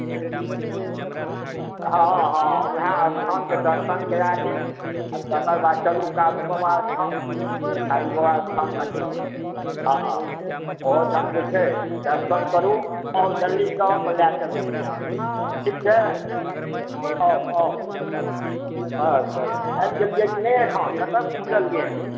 हँ हँ उएह स्थानकेँ दर्शन करा देब आ तकर चलू कारु बाबा स्थान कारु बाबा स्थान लए चलब हँ ओहोठाम जे छै दर्शन करू आओर जल्दीसँ आउ तऽ लए चलै छी अहाँकेँ ठीक छै आउ आउ अच्छा अच्छा आबि गेलियै कि नहि एखन कतय पहुँचलियै हँ